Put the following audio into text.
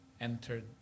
entered